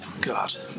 God